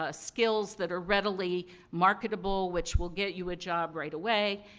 ah skills that are readily marketable which will get you a job right away.